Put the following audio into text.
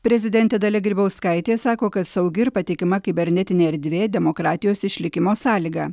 prezidentė dalia grybauskaitė sako kad saugi ir patikima kibernetinė erdvė demokratijos išlikimo sąlyga